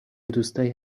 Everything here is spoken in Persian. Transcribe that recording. دوستایی